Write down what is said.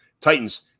Titans